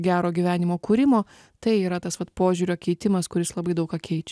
gero gyvenimo kūrimo tai yra tas vat požiūrio keitimas kuris labai daug ką keičia